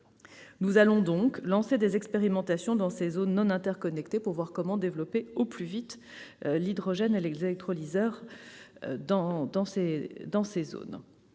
Nous allons lancer des expérimentations dans ces zones non interconnectées pour y développer au plus vite l'hydrogène et les électrolyseurs. De plus,